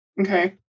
Okay